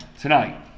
tonight